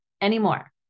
anymore